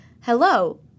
hello